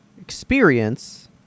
experience